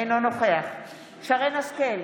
אינו נוכח שרן מרים השכל,